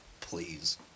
Please